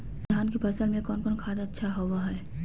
धान की फ़सल में कौन कौन खाद अच्छा होबो हाय?